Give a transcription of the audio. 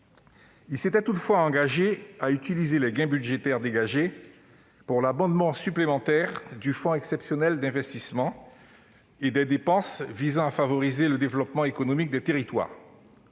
Il s'était toutefois engagé à utiliser les gains budgétaires dégagés pour abonder le fonds exceptionnel d'investissement (FEI) et financer les dépenses visant à favoriser le développement économique des territoires.